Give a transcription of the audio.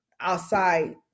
outside